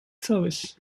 service